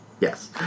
Yes